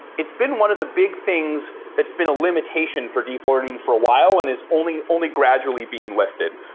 it's been one of the big things that's been a limitation for deep learning for a while and is only only gradually being lifted.